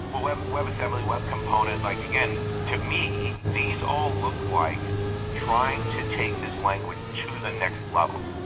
but web web assembly, web component like again, to me, these all look like trying to take this language to the next level,